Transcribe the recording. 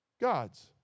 God's